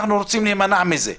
אנחנו רוצים להימנע מזה.